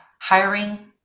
hiring